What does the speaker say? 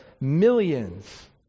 millions